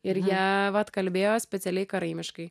ir jie vat kalbėjo specialiai karaimiškai